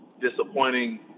disappointing